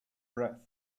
breath